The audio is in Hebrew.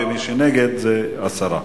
מי שנגד, זה הסרה.